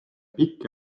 pikk